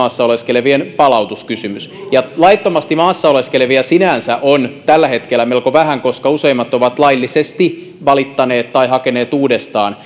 maassa oleskelevien palautuskysymys laittomasti maassa oleskelevia sinänsä on tällä hetkellä melko vähän koska useimmat ovat laillisesti valittaneet tai hakeneet uudestaan